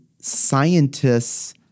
scientists